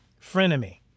Frenemy